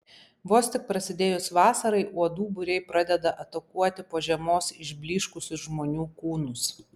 vos tik prasidėjus vasarai uodų būriai pradeda atakuoti po žiemos išblyškusius žmonių kūnus